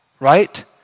right